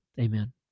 Amen